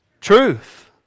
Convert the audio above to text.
truth